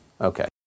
Okay